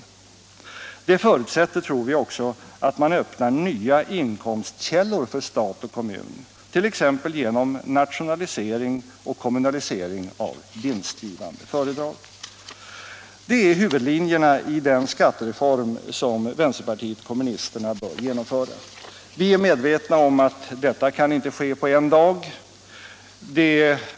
Det förutsätter, tror vi, också att man öppnar nya inkomstkällor för stat och kommun, t.ex. genom nationalisering och kommunalisering av vinstgivande företag. Det är huvudlinjerna i den skattereform som vänsterpartiet kommunisterna vill genomföra. Vi är medvetna om att detta inte kan ske på en dag.